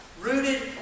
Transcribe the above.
Rooted